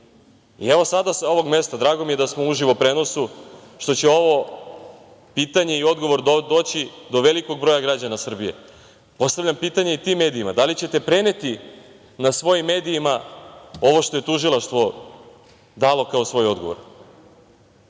sada, sa ovog mesta, drago mi je da smo uživo u prenosu, što će ovo pitanje i odgovor doći do velikog broja građana Srbije, postavljam pitanje i tim medijima – da li ćete preneti na svojim medijima ovo što je tužilaštvo dalo kao svoj odgovor?